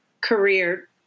career